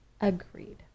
Agreed